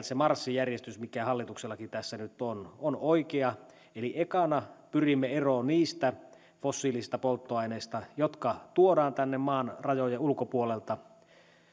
se marssijärjestys mikä hallituksellakin tässä nyt on on oikea eli ekana pyrimme eroon niistä fossiilisista polttoaineista jotka tuodaan tänne maan rajojen ulkopuolelta